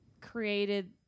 created